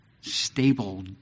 stable